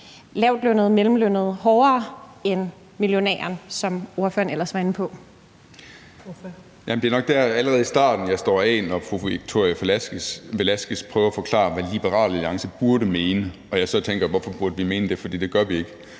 (Karen Ellemann): Ordføreren. Kl. 16:29 Ole Birk Olesen (LA): Det er nok allerede i starten, jeg står af, når fru Victoria Velasquez prøver at forklare, hvad Liberal Alliance burde mene, og jeg så tænker: Hvorfor burde vi mene det? For det gør vi ikke.